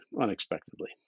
unexpectedly